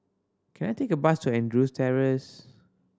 can I take a bus to Andrews Terrace